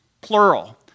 plural